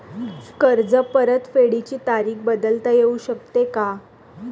कर्ज परतफेडीची तारीख बदलता येऊ शकते का?